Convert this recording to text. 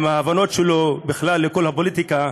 עם ההבנות שלו, בכלל, לכל הפוליטיקה,